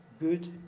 good